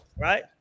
right